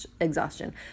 exhaustion